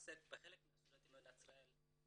שמתעסק בחלק מהסטודנטים במדינת ישראל,